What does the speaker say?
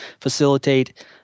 facilitate